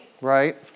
Right